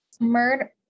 murder